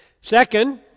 Second